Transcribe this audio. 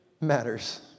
matters